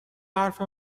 حرف